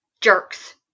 Jerks